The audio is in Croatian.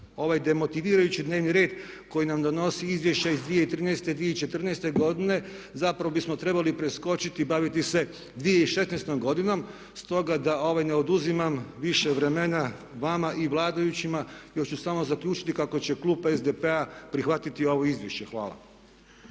ovaj demotivirajući dnevni red koji nam donosi izvješća iz 2013., 2014. godine zapravo bismo trebali preskočiti i baviti se 2016. godinom. Stoga da ne oduzimam više vremena vama i vladajućima još ću samo zaključiti kako će klub SDP-a prihvatiti ovo izvješće. Hvala.